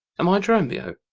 am i dromio?